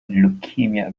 leukemia